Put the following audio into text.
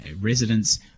residents